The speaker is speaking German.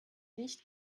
nicht